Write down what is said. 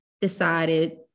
decided